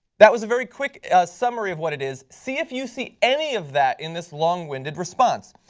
that was a very quick summary of what it is. see if you see any of that in this long winded response.